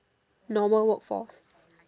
normal workforce